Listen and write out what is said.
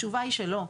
התשובה היא שלא.